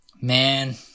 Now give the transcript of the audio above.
man